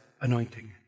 anointing